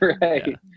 right